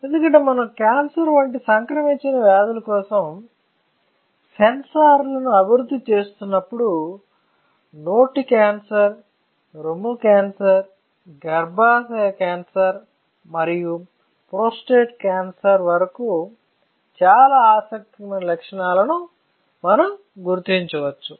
ఎందుకంటే మనం క్యాన్సర్ వంటి సంక్రమించని వ్యాధుల కోసం సెన్సార్లను అభివృద్ధి చేస్తున్నప్పుడు నోటి క్యాన్సర్ రొమ్ము క్యాన్సర్ గర్భాశయ క్యాన్సర్ మరియు ప్రోస్టేట్ క్యాన్సర్ వరకు చాలా ఆసక్తికరమైన లక్షణాలను మనం గుర్తించవచ్చు